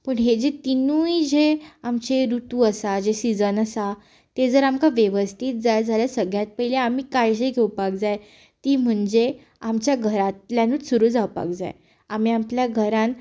पूण हेजे तिूय जे आमचे रुतू आसा जे सिझन आसा ते जर आमकां वेवस्थीत जाल्यार सगळ्यांत पयली आमी काळजी घेवपाक जाय की म्हणजे आमच्या घरांतल्यानूच सुरू जावपाक जाय आमी आमच्या घरांत